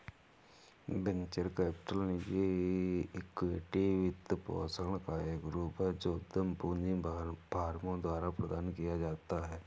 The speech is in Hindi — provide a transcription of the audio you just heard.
वेंचर कैपिटल निजी इक्विटी वित्तपोषण का एक रूप है जो उद्यम पूंजी फर्मों द्वारा प्रदान किया जाता है